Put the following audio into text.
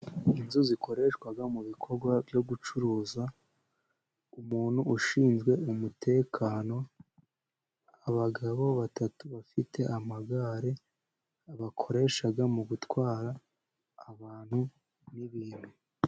Inzu zikoreshwa mu bikorwa byo gucuruza, umuntu ushinzwe umutekano, abagabo batatu bafite amagare bakoreshaga mu gutwara abantu n'ibintu.